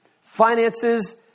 finances